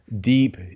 deep